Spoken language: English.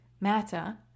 matter